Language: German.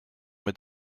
mit